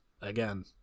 again